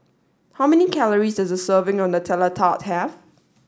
how many calories does a serving of Nutella Tart have